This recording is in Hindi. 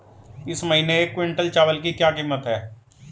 इस महीने एक क्विंटल चावल की क्या कीमत है?